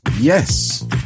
Yes